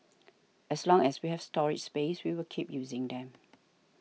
as long as we have storage space we will keep using them